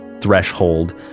threshold